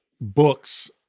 books